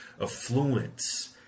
affluence